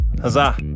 Huzzah